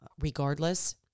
regardless